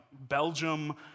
Belgium